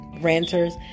renters